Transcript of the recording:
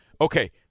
okay